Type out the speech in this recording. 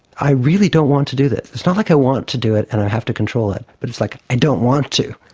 i really don't want to do this. it's not like i want to do it and i have to control it, but it's like i don't want to.